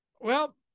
Well-